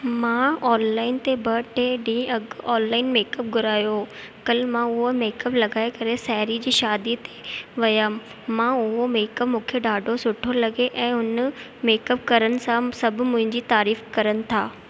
मां ऑनलाइन ते ॿ टे ॾींहं अॻु ऑनलाइन मेकअप घुरायो कल्ह मां उहो मेकअप लॻाए करे साहेड़ी जी शादीअ ते वियमि मां उहो मेकअप मूंखे ॾाढो सुठो लगे ऐं उन मेकअप करण सां सभु मुंहिंजी तारीफ़ु करनि था